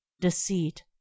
deceit